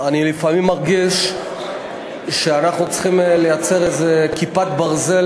אני לפעמים מרגיש שאנחנו צריכים לייצר איזה כיפת ברזל